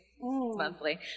Monthly